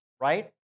right